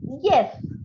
Yes